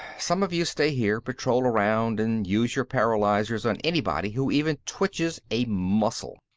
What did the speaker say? some of you stay here patrol around, and use your paralyzers on anybody who even twitches a muscle.